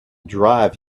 drive